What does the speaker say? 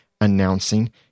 announcing